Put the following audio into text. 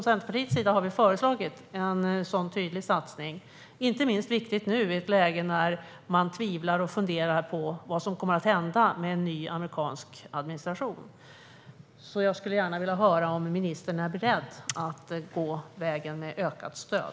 Centerpartiet har föreslagit en sådan tydlig satsning, vilket inte minst är viktigt i ett läge där man funderar på vad som kommer att hända med en ny amerikansk administration. Jag skulle gärna vilja höra om ministern är beredd att välja vägen ett ökat stöd.